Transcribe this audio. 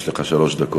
יש לך שלוש דקות.